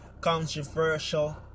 controversial